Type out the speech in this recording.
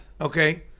okay